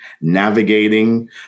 navigating